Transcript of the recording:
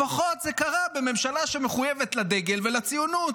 לפחות זה קרה בממשלה שמחויבת לדגל ולציונות.